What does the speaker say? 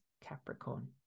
Capricorn